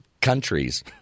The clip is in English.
countries